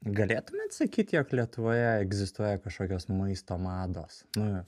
galėtumėt sakyti jog lietuvoje egzistuoja kažkokios maisto mados na